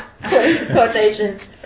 Quotations